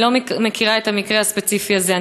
אני לא מכירה את המקרה הספציפי הזה.